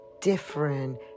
different